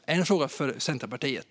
Är det en fråga för Centerpartiet?